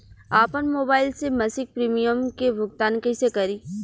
आपन मोबाइल से मसिक प्रिमियम के भुगतान कइसे करि?